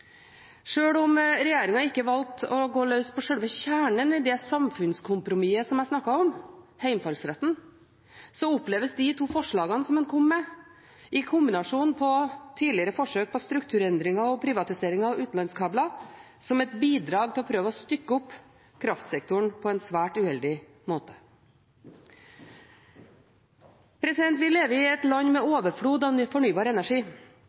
Sjøl om regjeringen ikke valgte å gå løs på sjølve kjernen i det samfunnskompromisset som jeg snakket om, heimfallsretten, oppleves de to forslagene som en kom med, i kombinasjon med tidligere forsøk på strukturendringer og privatisering av utenlandskabler, som et bidrag til å prøve å stykke opp kraftsektoren på en svært uheldig måte. Vi lever i et land med overflod av fornybar energi.